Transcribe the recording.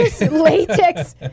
latex